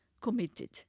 committed